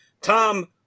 Tom